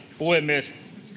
puhemies